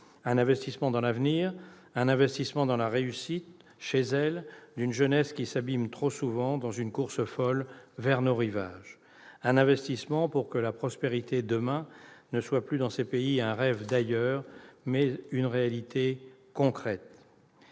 Un investissement dans l'avenir, un investissement dans la réussite, chez elle, d'une jeunesse qui s'abîme trop souvent dans une course folle vers nos rivages. Un investissement pour que la prospérité, demain, ne soit plus dans ces pays un rêve d'ailleurs, mais une réalité concrète.